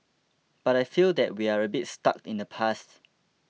but I feel that we are a bit stuck in the past